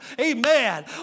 Amen